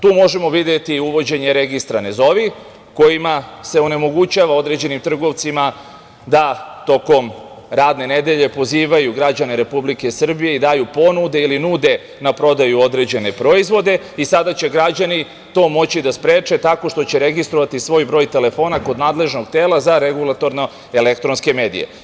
Tu možemo videti uvođenje registra „ne zovi“, kojima se onemogućava određenim trgovcima da tokom radne nedelje pozivaju građane Republike Srbije i daju ponude ili nude na prodaju određene proizvode i sada će građani to moći da spreče tako što će registrovati svoj broj telefona kod nadležnog tela za Regulatorne elektronske medije.